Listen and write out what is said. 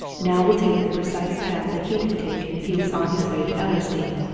now we'll take the precise path that he'd have taken if he was on his way to ellersdeane.